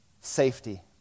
safety